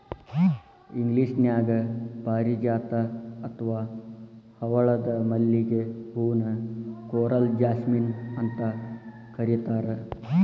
ಇಂಗ್ಲೇಷನ್ಯಾಗ ಪಾರಿಜಾತ ಅತ್ವಾ ಹವಳದ ಮಲ್ಲಿಗೆ ಹೂ ನ ಕೋರಲ್ ಜಾಸ್ಮಿನ್ ಅಂತ ಕರೇತಾರ